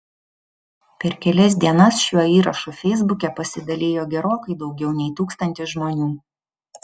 per kelias dienas šiuo įrašu feisbuke pasidalijo gerokai daugiau nei tūkstantis žmonių